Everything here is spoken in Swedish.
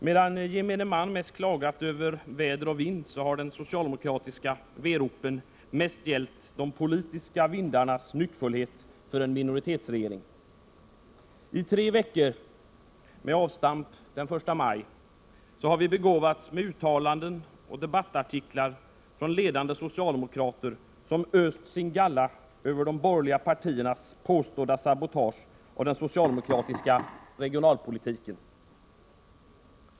Medan gemene man mest klagat över väder och vind, har de-socialdemokratiska veropen mest gällt de poliska vindarnas nyckfullhet för en minoritetsregering. I tre veckor, med avstamp den 1 maj har vi begåvats med uttalanden och debattartiklar från ledande socialdemokrater, som öst sin galla över de borgerliga partiernas påstådda sabotage av den socialdemokratiska regionalpolitiken.